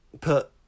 put